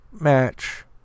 match